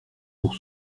pour